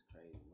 crazy